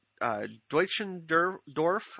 Deutschendorf